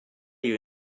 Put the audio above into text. you